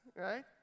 right